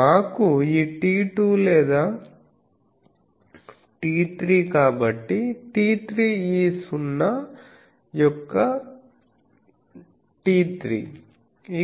మాకు ఈ T2 లేదా T3 కాబట్టి T3 ఈ 0 యొక్క ఉంది T3